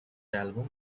album